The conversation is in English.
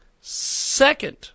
Second